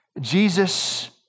Jesus